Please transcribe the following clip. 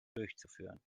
durchzuführen